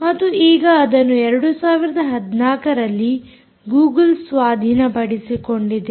ಮತ್ತು ಈಗ ಅದನ್ನು 2014ರಲ್ಲಿ ಗೂಗಲ್ ಸ್ವಾಧೀನಪಡಿಸಿಕೊಂಡಿದೆ